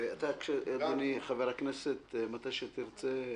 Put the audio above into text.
ואתה אדוני, חבר הכנסת דן סידה, מתי שתרצי.